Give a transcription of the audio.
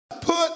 put